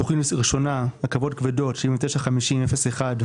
תכנית ראשונה רכבות כבדות, 795001,